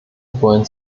wollen